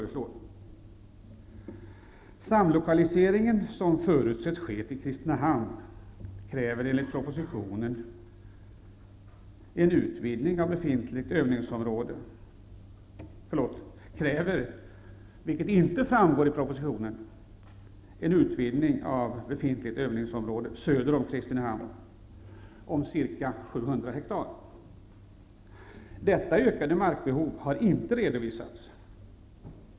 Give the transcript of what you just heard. Samlokaliseringen, som förutsätts ske till Kristinehamn, kräver, vilket inte framgår av propositionen, en utvidgning av befintligt övningsområde söder om Kristinehamn om ca 700 hektar. Detta ökade markbehov har inte redovisats.